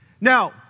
Now